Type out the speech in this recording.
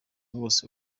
bose